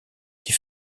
qui